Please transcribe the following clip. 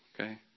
Okay